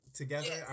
together